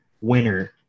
winner